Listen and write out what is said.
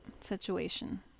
situation